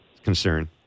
concern